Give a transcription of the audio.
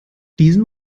diesen